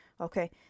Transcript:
Okay